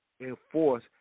enforce